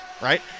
right